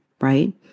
right